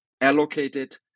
allocated